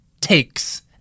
takes